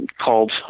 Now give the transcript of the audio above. called